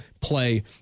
play